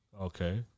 okay